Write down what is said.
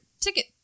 ticket